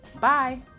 bye